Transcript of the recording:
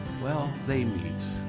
well, they meet,